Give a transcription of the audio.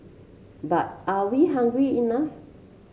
but are we hungry enough